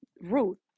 Ruth